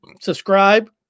subscribe